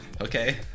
okay